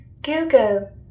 Google